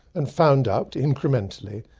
and found out incrementally,